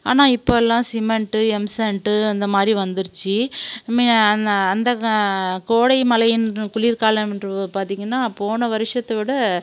ஆனால் இப்போது எல்லாம் சிமெண்ட்டு எம் சாண்ட்டு அந்த மாதிரி வந்துருச்சு நான் அந்த கோடை மழையின் குளிர்காலம் என்று பார்த்திங்கன்னா போன வருஷத்தை விட